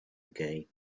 gay